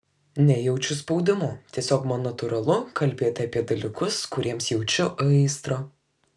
nejaučiu spaudimo tiesiog man natūralu kalbėti apie dalykus kuriems jaučiu aistrą